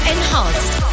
Enhanced